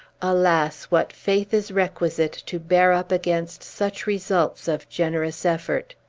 alas, what faith is requisite to bear up against such results of generous effort!